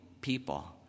people